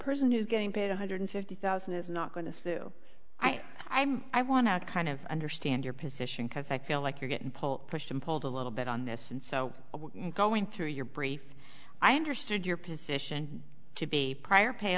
person who's getting paid one hundred fifty thousand is not going to sue i'm i want to kind of understand your position because i feel like you're getting pulled pushed and pulled a little bit on this and so going through your brief i understood your position to be prior pay